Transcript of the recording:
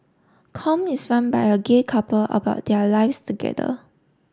com is run by a gay couple about their lives together